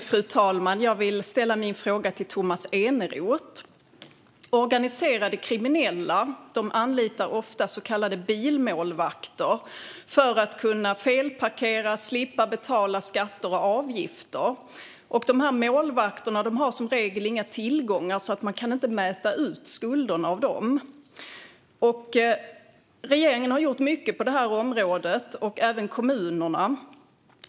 Fru talman! Jag vill ställa min fråga till Tomas Eneroth. Organiserade kriminella anlitar ofta så kallade bilmålvakter för att kunna felparkera och slippa betala skatter och avgifter. Målvakterna har som regel inga tillgångar, så man kan inte göra utmätning för skulderna hos dem. Regeringen har gjort mycket på det här området, liksom kommunerna.